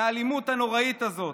מהאלימות הנוראית הזאת.